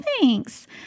thanks